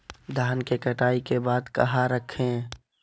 धान के कटाई के बाद कहा रखें?